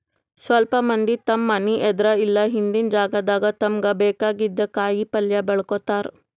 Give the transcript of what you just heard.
ಸ್ವಲ್ಪ್ ಮಂದಿ ತಮ್ಮ್ ಮನಿ ಎದ್ರ್ ಇಲ್ಲ ಹಿಂದಿನ್ ಜಾಗಾದಾಗ ತಮ್ಗ್ ಬೇಕಾಗಿದ್ದ್ ಕಾಯಿಪಲ್ಯ ಬೆಳ್ಕೋತಾರ್